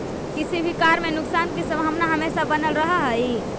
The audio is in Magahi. किसी भी कार्य में नुकसान की संभावना हमेशा बनल रहअ हई